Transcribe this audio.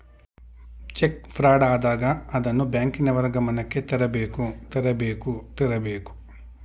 check fraud ಆದಾಗ ಅದನ್ನು ಬ್ಯಾಂಕಿನವರ ಗಮನಕ್ಕೆ ತರಬೇಕು ತರಬೇಕು ತರಬೇಕು